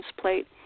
plate